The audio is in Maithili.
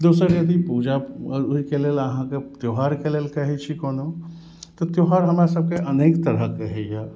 दोसर यदि पूजा ओहिके लेल अहाँके त्यौहारके लेल कहै छी कोनो तऽ त्यौहार हमरा सबके अनेक तरहक होइया